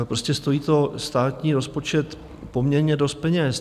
Prostě stojí to státní rozpočet poměrně dost peněz.